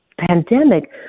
pandemic